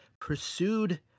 pursued